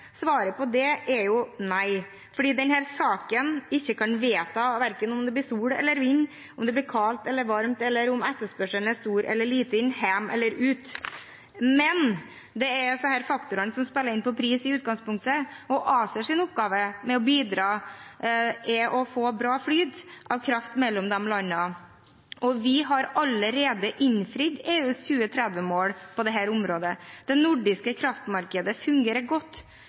Svaret på det er nei, for i denne saken kan vi ikke vedta verken om det blir sol eller vind, om det blir kaldt eller varmt, eller om etterspørselen er stor eller liten, hjemme eller ute. Men det er disse faktorene som spiller inn på pris i utgangspunktet, og ACERs oppgave er å bidra til å få en bra flyt av kraft mellom landene. Vi har allerede innfridd EUs 2030-mål på dette området. Det nordiske kraftmarkedet fungerer godt.